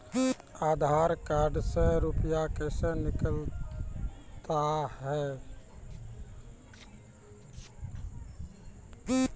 आधार कार्ड से रुपये कैसे निकलता हैं?